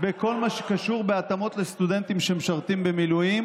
בכל מה שקשור בהתאמות לסטודנטים שמשרתים במילואים,